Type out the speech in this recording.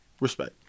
Respect